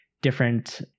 different